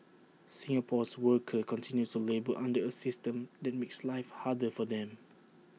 Singapore's workers continue to labour under A system that makes life harder for them